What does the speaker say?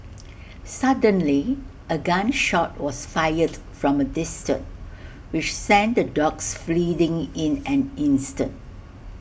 suddenly A gun shot was fired from A distance which sent the dogs fleeing in an instant